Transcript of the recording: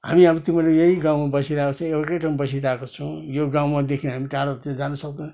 हामी अब तिमीहरू यही गाउँमा बसिरहेको छौँ एकै ठाउँ बसिरहेको छौँ यो गाउँमादेखिन हामी टाढो जान सक्दैन